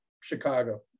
Chicago